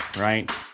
right